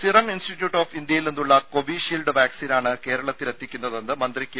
serum institute of ഇന്ത്യയിൽ നിന്നുള്ള Covishield വാക്സിനാണ് കേരളത്തിലെത്തിക്കുന്നതെന്ന് മന്ത്രി കെ